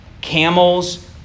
camels